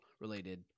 related